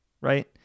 right